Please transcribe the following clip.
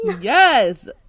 Yes